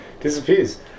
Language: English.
disappears